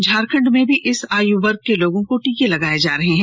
झारखंड में भी इस आय वर्ग के लोगों को टीका लगाया जा रहा है